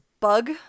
bug